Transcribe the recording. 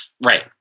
right